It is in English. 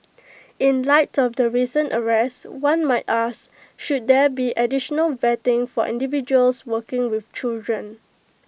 in light of the recent arrest one might ask should there be additional vetting for individuals working with children